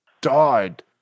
died